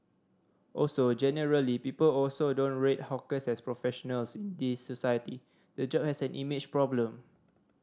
also generally people also don't rate hawkers as professionals in this society the job has an image problem